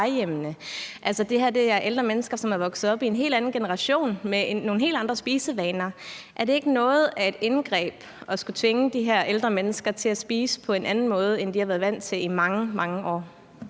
Altså, det her er ældre mennesker, som er vokset op i en helt anden generation med nogle helt andre spisevaner. Er det ikke noget af et indgreb at tvinge de her ældre mennesker til at spise på en anden måde, end de har været vant til i mange, mange år?